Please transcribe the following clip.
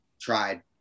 tried